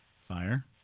fire